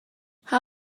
how